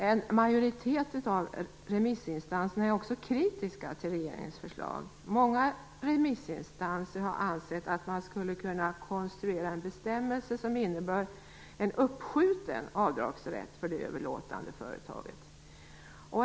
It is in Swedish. En majoritet av remissinstanserna är också kritiska till regeringens förslag. Många remissinstanser har ansett att man skulle kunna konstruera bestämmelser som innebär en uppskjuten avdragsrätt för det överlåtande företaget.